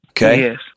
Yes